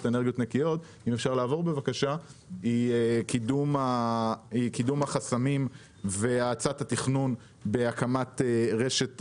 אנרגיות נקיות היא קידום החסמים והצעת התכנון בהקמת רשת החשמל.